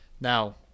Now